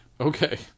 Okay